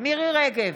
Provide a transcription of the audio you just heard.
מירי מרים רגב,